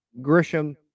Grisham